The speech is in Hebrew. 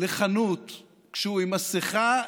לחנות כשהוא עם מסכה,